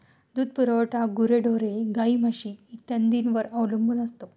दूध पुरवठा गुरेढोरे, गाई, म्हशी इत्यादींवर अवलंबून असतो